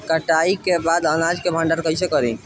कटाई के बाद अनाज का भंडारण कईसे करीं?